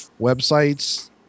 websites